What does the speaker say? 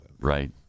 Right